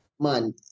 Man